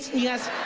yes